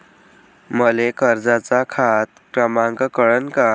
मले कर्जाचा खात क्रमांक कळन का?